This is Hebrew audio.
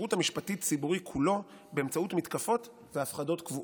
השירות המשפטי-ציבורי כולו באמצעות מתקפות והפחדות קבועות.